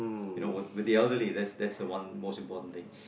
you know with with the elderly that's that's the one most important thing